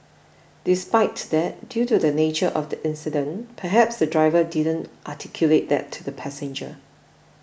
despite that due to the nature of the incident perhaps the driver didn't articulate that to the passenger